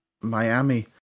Miami